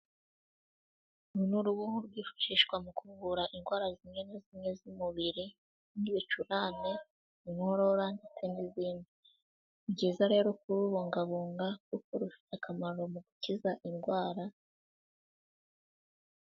Uru ni uruboho rwifashishwa mu kuvura indwara zimwe na zimwe z'umubiri, nk'ibicurane inkorora ndetse n'ibindi, ni byiza rero kurubungabunga kuko rufite akamaro mu gukiza indwara.